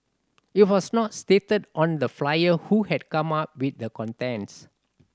it was not stated on the flyer who had come up with the contents